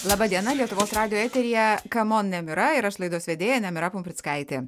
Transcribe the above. laba diena lietuvos radijo eteryje kamon nemira ir aš laidos vedėja nemira pumprickaitė